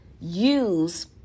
use